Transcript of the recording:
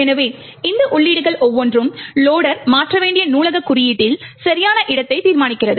எனவே இந்த உள்ளீடுகள் ஒவ்வொன்றும் லொடர் மாற்ற வேண்டிய நூலகக் குறியீட்டில் சரியான இடத்தை தீர்மானிக்கிறது